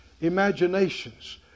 imaginations